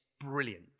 brilliant